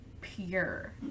pure